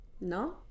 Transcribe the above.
No